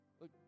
Look